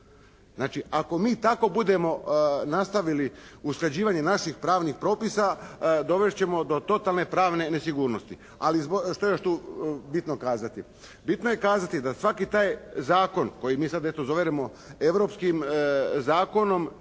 Znači ako mi tako budemo nastavili usklađivanje naših pravnih propisa dovest ćemo do totalne pravne nesigurnosti. Ali što je tu još bitno kazati? Bitno je kazati da svaki taj zakon koji mi sad eto zovemo europskim zakonom